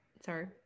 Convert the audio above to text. Sorry